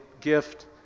gift